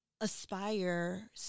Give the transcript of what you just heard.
aspire